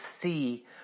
see